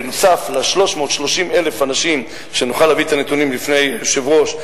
נוסף על 330,000 אנשים ונוכל להביא את הנתונים לפני היושב-ראש,